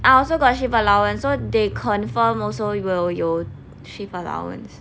I also got shift allowance so they confirm also will 有 shift allowance